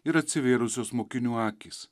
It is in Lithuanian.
ir atsivėrusios mokinių akys